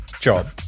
job